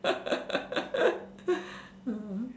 mm